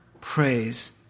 praise